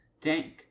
Dank